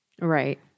right